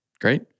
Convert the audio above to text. great